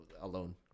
alone